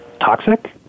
toxic